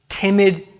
timid